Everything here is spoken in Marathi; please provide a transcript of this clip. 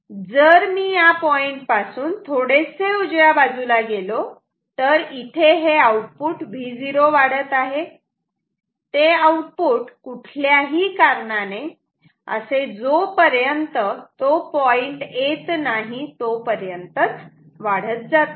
जर मी या पॉईंटपासून थोडेसे उजव्या बाजूला गेलो तर इथे हे आउटपुट Vo वाढत आहे ते आउटपुट कुठल्याही कारणाने असे जोपर्यंत तो पॉईंट येत नाही तोपर्यंत वाढतच जाते